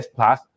Plus